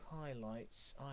highlights